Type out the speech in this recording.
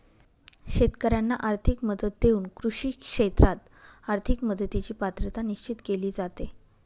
शेतकाऱ्यांना आर्थिक मदत देऊन कृषी क्षेत्रात आर्थिक मदतीची पात्रता निश्चित केली जाते